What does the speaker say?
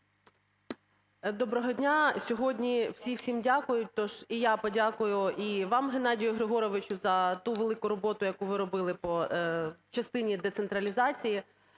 Доброго дня! Сьогодні всі всім дякують, тож і я подякую і вам, Геннадію Григоровичу, за ту велику роботу, яку ви робили по частині децентралізації.